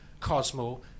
Cosmo